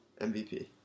MVP